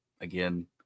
again